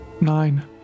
Nine